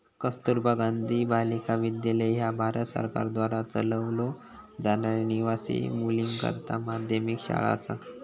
कस्तुरबा गांधी बालिका विद्यालय ह्या भारत सरकारद्वारा चालवलो जाणारी निवासी मुलींकरता माध्यमिक शाळा असा